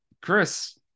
Chris